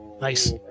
Nice